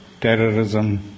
terrorism